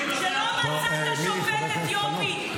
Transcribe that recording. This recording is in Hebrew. שלא מצאת שופט אתיופי לעליון?